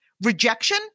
Rejection